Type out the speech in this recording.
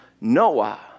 Noah